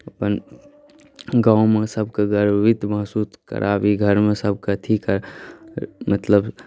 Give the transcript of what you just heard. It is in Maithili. अपन गाँवमे सभकेँ गर्वित महसूस कराबी घरमे सभकेँ अथी करी मतलब